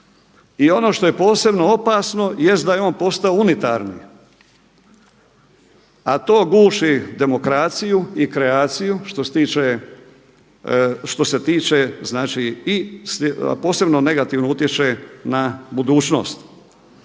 I ono što je posebno opasno, jest da je on postao unitarni, a to guši demokraciju i kreaciju što se tiče znači, a posebno negativno utječe na budućnost.